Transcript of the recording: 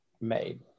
made